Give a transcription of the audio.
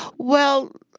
well,